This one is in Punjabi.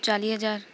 ਚਾਲ਼ੀ ਹਜ਼ਾਰ